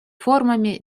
формами